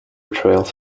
trails